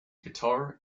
guitar